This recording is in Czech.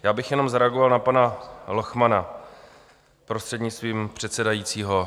Já bych jenom zareagoval na pana Lochmana, prostřednictvím předsedajícího.